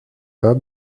pas